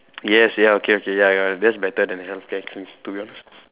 yes ya okay okay ya ya that's better than healthcare actually to be honest